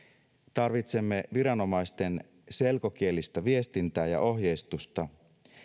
tarvitsemme viranomaisten selkokielistä viestintää ja ohjeistusta